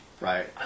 right